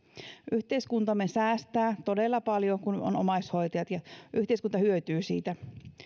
yhteiskuntamme säästää todella paljon kun on omaishoitajat ja yhteiskunta hyötyy siitä